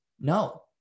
No